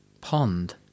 Pond